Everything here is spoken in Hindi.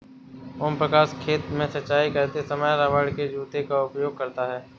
ओम प्रकाश खेत में सिंचाई करते समय रबड़ के जूते का उपयोग करता है